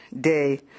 day